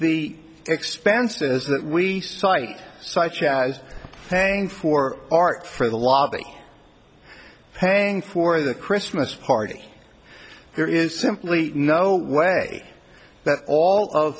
the expenses that we cite such as thanks for art for the lobby paying for the christmas party there is simply no way that all of